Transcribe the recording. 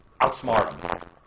outsmart